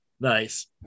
nice